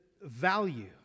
value